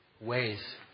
ways